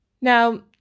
Now